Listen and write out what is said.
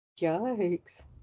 Yikes